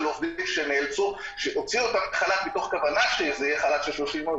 עובדים שהוציאו אותם לחל"ת מתוך כוונה שזה יהיה חל"ת של 30 יום,